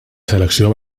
selecció